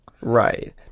Right